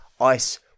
Ice